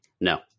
no